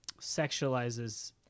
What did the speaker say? sexualizes